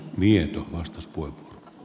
arvoisa puhemies